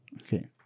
Okay